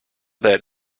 that